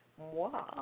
moi